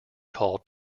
called